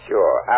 Sure